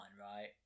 right